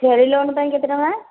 loan ପାଇଁ କେତେ ଟଙ୍କା